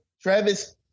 Travis